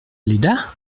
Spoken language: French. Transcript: léda